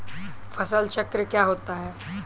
फसल चक्र क्या होता है?